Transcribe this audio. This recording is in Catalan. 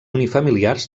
unifamiliars